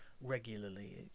regularly